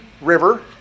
river